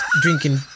drinking